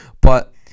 But-